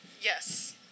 Yes